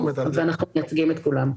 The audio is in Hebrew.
ואנחנו מייצגים את כולם.